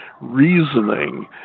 reasoning